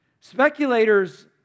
Speculators